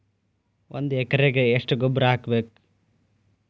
ಒಂದ್ ಎಕರೆಗೆ ಎಷ್ಟ ಗೊಬ್ಬರ ಹಾಕ್ಬೇಕ್?